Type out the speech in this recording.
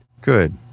Good